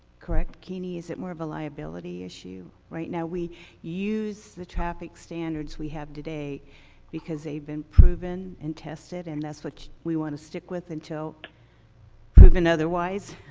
correct, kini, is it more of a liability issue? right now we use the traffic standards we have today because they've been proven and tested and that's what we want to stick with until proven otherwise?